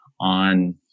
on